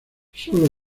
solo